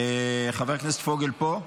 חבר הכנסת פוגל פה?